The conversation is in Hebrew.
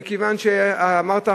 אמרת,